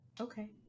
Okay